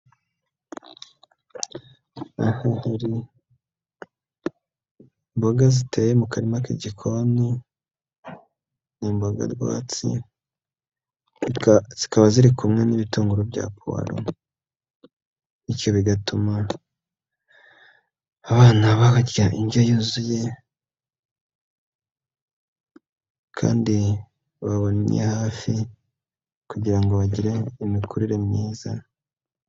Hano hari imboga ziteye mu karima k'igikoni n'imboga rwatsi zikaba ziri kumwe n'ibitunguru bya powalo, bityo bigatuma abana barya indyo yuzuye kandi bababanmye hafi kugira ngo bagire imikurire myiza.